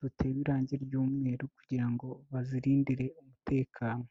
ruteye irangi ry'umweru, kugira ngo bazirindire umutekano.